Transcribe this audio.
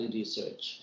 research